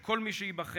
שכל מי שייבחר